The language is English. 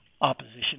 opposition